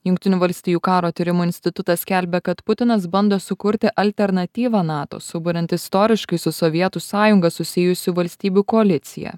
jungtinių valstijų karo tyrimų institutas skelbia kad putinas bando sukurti alternatyvą nato suburiant istoriškai su sovietų sąjunga susijusių valstybių koaliciją